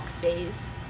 phase